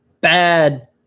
bad